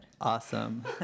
Awesome